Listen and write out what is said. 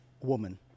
woman